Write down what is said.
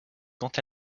quant